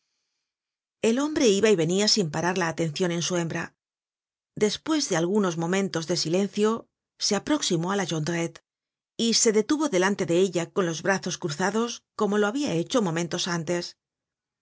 el hombre iba y venia sin parar la atencion en su hembra despues de algunos momentos de silencio se aproximó á la jondrette y se detuvo delante de ella con los brazos cruzados como lo habia hecho momentos antes